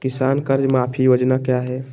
किसान कर्ज माफी योजना क्या है?